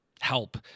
help